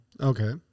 Okay